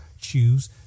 choose